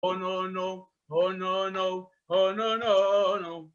הו נו נו, הו נו נו, הו נו נו, נו.